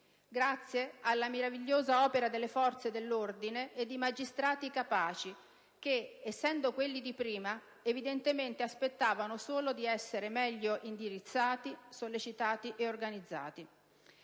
Grazie alla meravigliosa opera delle forze dell'ordine e di magistrati capaci che, essendo quelli di prima, evidentemente aspettavano solo di essere meglio indirizzati, sollecitati e organizzati.